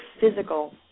physical